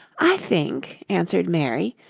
i think, answered mary,